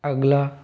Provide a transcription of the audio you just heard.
अगला